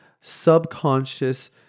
subconscious